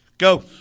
Go